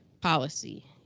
policy